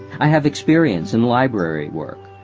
i have experience in library work,